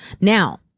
Now